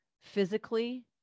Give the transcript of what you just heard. physically